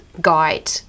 guide